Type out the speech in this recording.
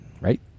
Right